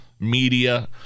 media